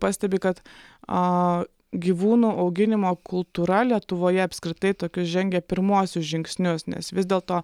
pastebi kad aaa gyvūnų auginimo kultūra lietuvoje apskritai tokius žengia pirmuosius žingsnius nes vis dėlto